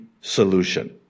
solution